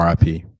RIP